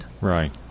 Right